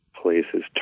places